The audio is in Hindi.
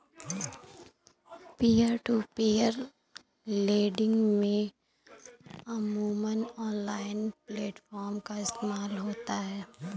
पीयर टू पीयर लेंडिंग में अमूमन ऑनलाइन प्लेटफॉर्म का इस्तेमाल होता है